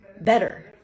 better